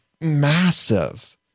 massive